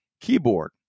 keyboard